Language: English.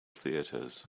theatres